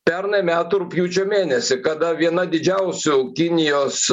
pernai metų rugpjūčio mėnesį kada viena didžiausių kinijos